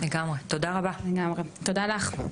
תודה לך.